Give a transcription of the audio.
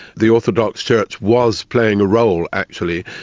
the orthodox church was playing a role, actually,